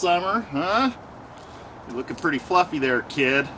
summer look i'm pretty fluffy their kid